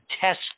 test